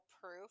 proof